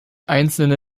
einzelne